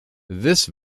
this